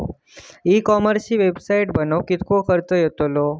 E कॉमर्सची website बनवक किततो खर्च येतलो?